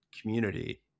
community